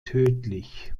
tödlich